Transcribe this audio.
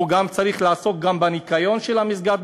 גם צריך לעסוק בניקיון של המסגד,